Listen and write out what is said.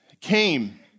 came